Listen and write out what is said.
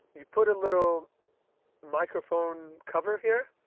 you put a little microphone cover here,